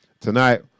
Tonight